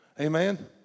Amen